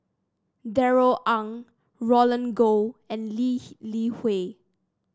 Darrell Ang Roland Goh and Lee Li Hui